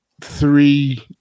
three